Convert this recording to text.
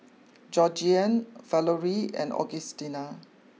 Georgeann Valorie and Augustina